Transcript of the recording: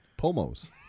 Pomos